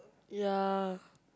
ya